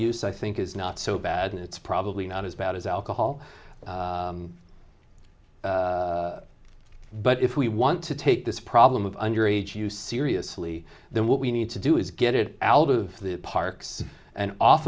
use i think is not so bad it's probably not as bad as alcohol but if we want to take this problem of under aged you seriously then what we need to do is get it out of the parks and off